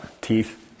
Teeth